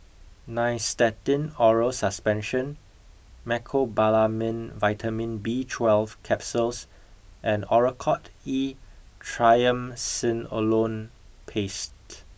Nystatin Oral Suspension Mecobalamin Vitamin B twelve Capsules and Oracort E Triamcinolone Paste